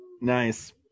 Nice